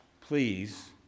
please